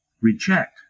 reject